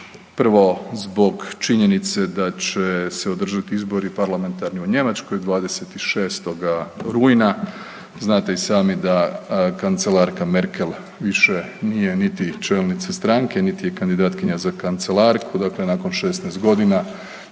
prvo zbog činjenice da će se održati izbori parlamentarni u Njemačkoj 26. rujna. Znate i sami da kancelarka Merkel više nije niti čelnica stranke niti je kandidatkinja za kancelarku, dakle nakon 16 godina